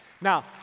Now